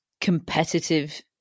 competitive